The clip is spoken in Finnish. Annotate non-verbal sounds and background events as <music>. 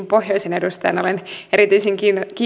<unintelligible> pohjoisen edustajana olen erityisen